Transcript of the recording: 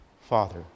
Father